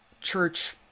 church